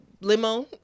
limo